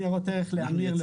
מרשות לניירות ערך לאמיר ואורית.